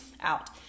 out